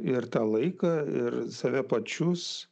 ir tą laiką ir save pačius